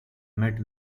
met